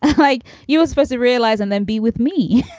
like you were supposed to realize and then be with me.